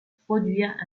produire